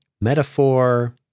metaphor